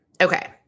Okay